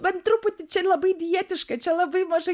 bent truputį čia labai dietiška čia labai mažai